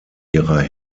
ihrer